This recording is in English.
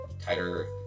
tighter